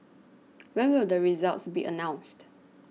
when will the results be announced